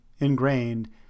ingrained